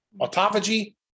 Autophagy